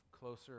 closer